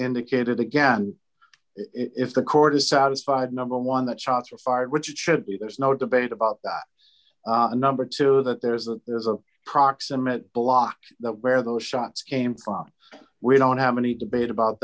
indicated again if the court is satisfied number one that shots were fired which it should be there's no debate about that number two that there's a there's a proximate blocked that where those shots came from we don't have any debate about